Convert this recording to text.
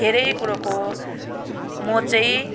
धेरै कुरोको म चाहिँ